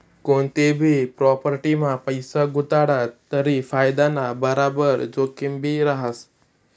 कोनतीभी प्राॅपटीमा पैसा गुताडात तरी फायदाना बराबर जोखिमभी रहास